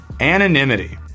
anonymity